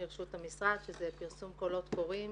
לרשות המשרד שזה פרסום קולות קוראים